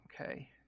okay